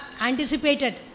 anticipated